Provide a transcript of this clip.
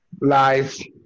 Life